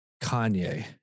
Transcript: Kanye